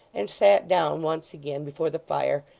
and sat down once again before the fire,